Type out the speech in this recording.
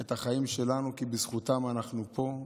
את החיים שלנו, כי בזכותם אנחנו פה.